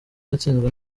yatsinzwe